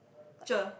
~cher